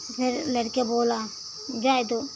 फिर लड़का बोला जाने दो